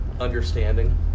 understanding